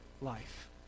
life